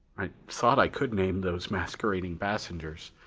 i thought i could name those masquerading passengers.